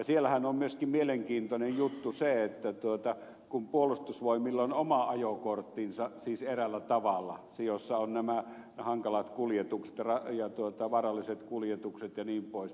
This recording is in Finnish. siinähän on myöskin mielenkiintoinen juttu se että puolustusvoimilla on oma ajokorttinsa siis eräällä tavalla se jossa on nämä hankalat kuljetukset ja vaaralliset kuljetukset jnp